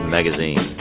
Magazine